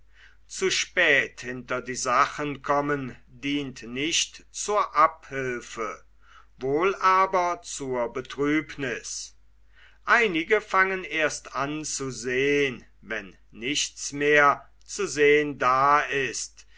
zu spät hinter die sachen kommen dient nicht zur abhülfe wohl aber zur betrübniß einige fangen erst an zu sehn wann nichts mehr zu sehn da ist